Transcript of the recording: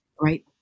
right